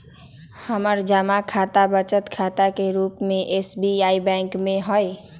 हमर जमा खता बचत खता के रूप में एस.बी.आई बैंक में हइ